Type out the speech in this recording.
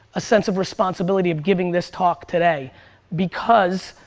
a sense of responsibility of giving this talk today because,